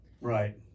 Right